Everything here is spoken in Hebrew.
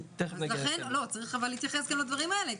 צריך להתייחס לדברים האלה.